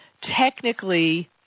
technically